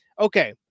okay